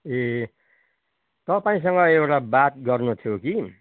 ए तपाईँसँग एउटा बात गर्नु थियो कि